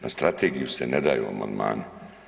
Na strategiju se ne daju amandmani.